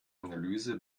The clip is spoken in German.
analyse